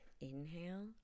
inhale